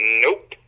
Nope